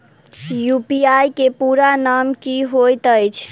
UPI केँ पूरा नाम की होइत अछि?